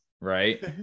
Right